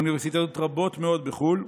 מאוניברסיטאות רבות מאוד בחו"ל,